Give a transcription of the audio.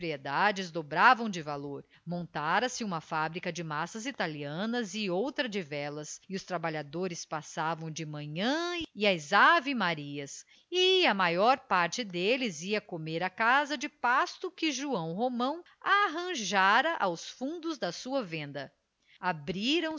propriedades dobravam de valor montara se uma fábrica de massas italianas e outra de velas e os trabalhadores passavam de manhã e às ave-marias e a maior parte deles ia comer à casa de pasto que joão romão arranjara aos fundos da sua varanda abriram-se